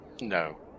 No